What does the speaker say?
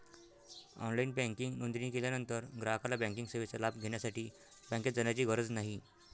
online banking नोंदणी केल्यानंतर ग्राहकाला बँकिंग सेवेचा लाभ घेण्यासाठी बँकेत जाण्याची गरज नाही